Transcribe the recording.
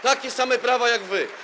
Takie same prawa jak wy.